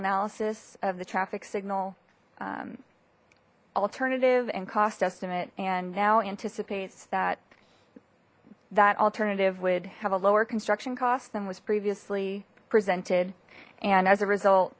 analysis of the traffic signal alternative and cost estimate and now anticipates that that alternative would have a lower construction cost than was previously presented and as a result